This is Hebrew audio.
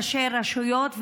ראשי רשויות,